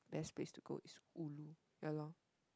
best place to go is ulu yeah lor